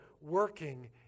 working